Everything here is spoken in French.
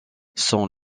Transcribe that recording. sont